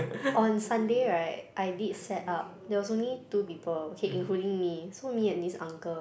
on Sunday right I did set up there was only two people okay including me so me and this uncle